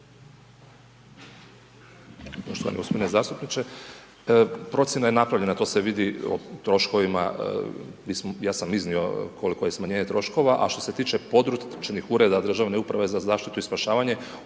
Poštovani gospodine zastupniče, procjena je napravljena to se vidi o troškovima, ja sam iznio koliko je smanjenje troškova, a što se tiče područnih ureda državne uprave za zaštitu i spašavanje